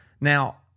Now